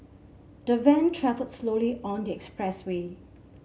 the van travelled slowly on the express way